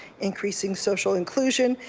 increasing social inclusion,